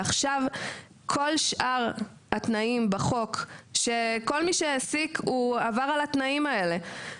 עכשיו כל שאר התנאים בחוק שכל מי שהעסיק עבר על התנאים האלה,